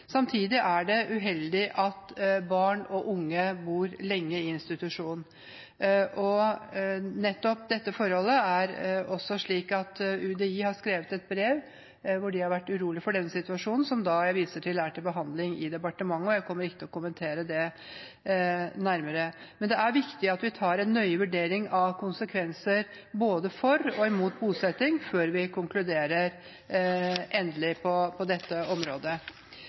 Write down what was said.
Samtidig er det uheldig at barn og unge bor lenge i institusjon. UDI har skrevet et brev der de uttrykker uro for situasjonen, som det er vist til er til behandling i departementet. Jeg kommer ikke til å kommentere det nærmere. Men det er viktig at vi tar en nøye vurdering av konsekvenser både for og imot bosetting, før vi konkluderer endelig på dette området.